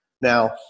Now